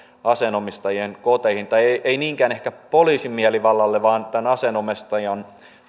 aseenomistajien koteihin tai ei niinkään ehkä poliisin mielivallalle vaan tämän aseenomistajan